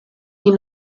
die